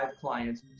clients